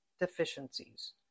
deficiencies